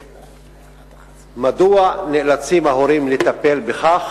3. מדוע נאלצים ההורים לטפל בכך?